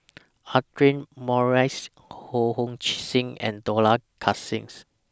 Audra Morrice Ho Hong Sing and Dollah Kassim